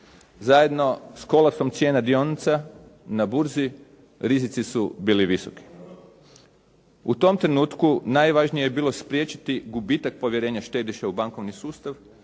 Zajedno s kolapsom cijena dionica na burzi rizici su bili visoki. U tom trenutku najvažnije je bilo spriječiti gubitak povjerenja štediša u bankovni sustav